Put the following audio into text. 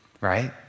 Right